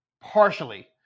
partially